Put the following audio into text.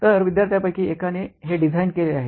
तर विद्यार्थ्यांपैकी एकाने हे डिझाइन केले आहे